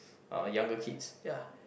uh younger kids ya